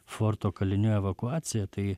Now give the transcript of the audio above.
forto kalinių evakuacija tai